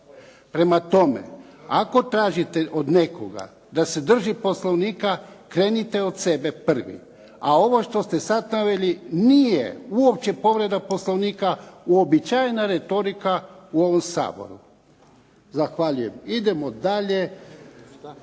Prema tome, ako tražite od nekoga da se drži Poslovnika krenite od sebe prvi a ovo što ste sada naveli nije uopće povreda Poslovnika, uobičajena retorika u ovom Saboru. Zahvaljujem. Povreda